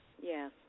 Yes